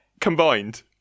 Combined